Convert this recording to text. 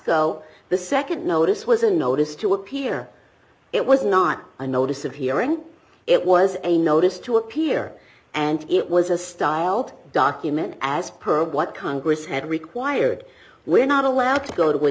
wasco the nd notice was a notice to appear it was not a notice of hearing it was a notice to appear and it was a style document as per what congress had required we're not allowed to go to a